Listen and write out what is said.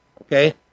Okay